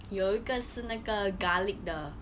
有一个是那个 garlic 的